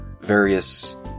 various